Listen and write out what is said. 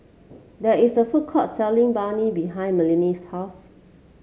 there is a food court selling Banh Mi behind Malissie's house